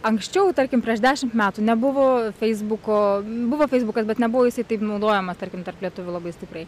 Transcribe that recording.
anksčiau tarkim prieš dešimt metų nebuvo feisbuko buvo feisbukas bet nebuvo jisai taip naudojamas tarkim tarp lietuvių labai stipriai